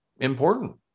important